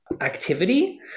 activity